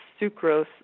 sucrose